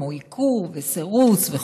כמו עיקור וסירוס.